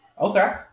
Okay